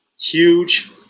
huge